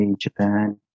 Japan